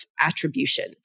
attribution